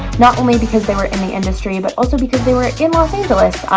not only because they were in the industry, but also because they were in los angeles,